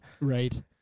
Right